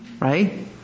right